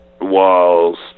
whilst